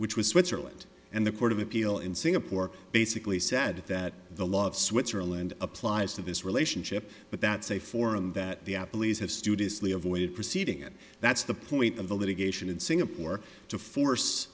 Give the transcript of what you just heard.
which was switzerland and the court of appeal in singapore basically said that the law of switzerland applies to this relationship but that's a forum that the at police have studiously avoided proceeding and that's the point of the litigation in singapore to force